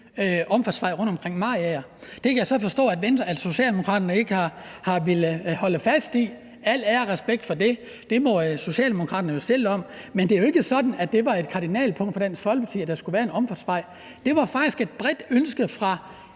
omfartsvej rundt om Mariager. Det kan jeg så forstå at Socialdemokraterne ikke har villet holde fast i – al ære og respekt for det; det må Socialdemokraterne jo selv om. Men det er ikke sådan, at det var et kardinalpunkt for Dansk Folkeparti, at der skulle være en omfartsvej. Det var faktisk et bredt ønske fra